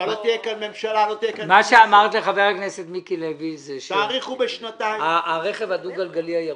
אמרת לחבר הכנסת מיקי לוי שהרכב הדו גלגלי הירוק,